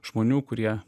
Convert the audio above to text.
žmonių kurie